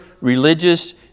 religious